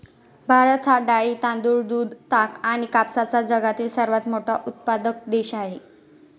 भारत हा डाळी, तांदूळ, दूध, ताग आणि कापसाचा जगातील सर्वात मोठा उत्पादक देश आहे